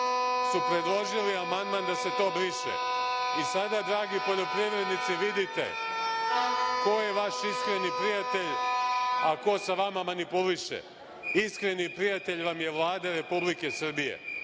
su predložili amandman da se to briše i sada, dragi poljoprivrednici, vidite ko je vaš iskreni prijatelj, a ko sa vama manipuliše. Iskren prijatelj vam je Vlada Republike Srbije.